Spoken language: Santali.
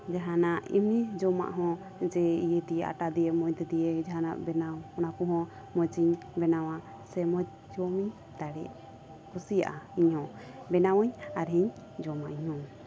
ᱡᱟᱦᱟᱱᱟᱜ ᱮᱢᱱᱤ ᱡᱚᱢᱟᱜ ᱦᱚᱸ ᱡᱮ ᱟᱴᱟ ᱫᱤᱭᱮ ᱢᱚᱭᱫᱟ ᱫᱤᱭᱮ ᱡᱟᱦᱟᱱᱟᱜ ᱵᱮᱱᱟᱣ ᱚᱱᱟ ᱠᱚᱦᱚᱸ ᱢᱚᱡᱽ ᱤᱧ ᱵᱮᱱᱟᱣ ᱥᱮ ᱢᱚᱡᱽ ᱡᱚᱢ ᱤᱧ ᱫᱟᱲᱮᱭᱟᱜ ᱠᱩᱥᱤᱭᱟᱜᱼᱟ ᱤᱧ ᱦᱚᱸ ᱵᱮᱱᱟᱣᱟ ᱟᱨ ᱤᱧ ᱡᱚᱢᱟ ᱤᱧ ᱦᱚᱸ